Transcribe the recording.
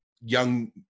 young